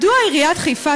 מדוע עיריית חיפה,